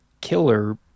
killer